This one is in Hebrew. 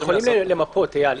איל,